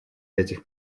этих